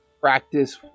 practice